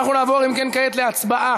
אנחנו נעבור, אם כן, כעת להצבעה